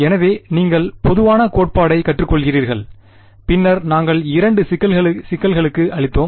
எனவே நீங்கள் பொதுவான கோட்பாட்டைக் கற்றுக்கொள்கிறீர்கள் பின்னர் நாங்கள் இரண்டு சிக்கல்களுக்கு அளித்தோம்